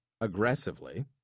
aggressively